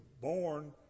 born